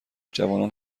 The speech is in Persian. جوانان